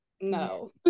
No